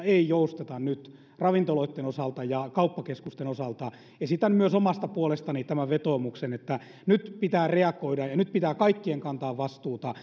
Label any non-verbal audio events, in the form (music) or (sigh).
(unintelligible) ei nyt jousteta ravintoloitten osalta ja kauppakeskusten osalta esitän myös omasta puolestani tämän vetoomuksen että nyt pitää reagoida ja nyt pitää kaikkien kantaa vastuuta (unintelligible)